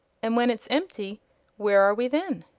and when it's empty where are we then?